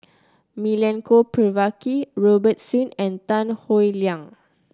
Milenko Prvacki Robert Soon and Tan Howe Liang